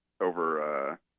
over